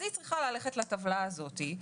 היא צריכה ללכת לטבלה הזו.